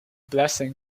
blessing